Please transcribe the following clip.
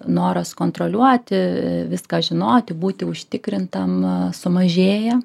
noras kontroliuoti viską žinoti būti užtikrintam sumažėja